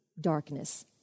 darkness